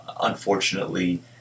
Unfortunately